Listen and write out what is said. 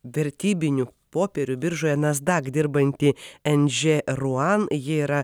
vertybinių popierių biržoje nasdak dirbanti nžė ruan ji yra